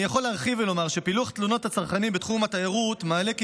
אני יכול להרחיב ולומר שפילוח תלונות הצרכנים בתחום התיירות מעלה כי